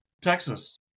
Texas